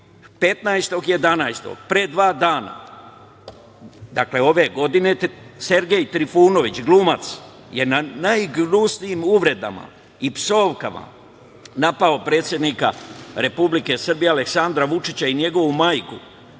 od pre dva dana, dakle ove godine, Sergej Trifunović, glumac, najgnusnijim uvredama i psovkama je napao predsednika Republike Srbije Aleksandra Vučića i njegovu majku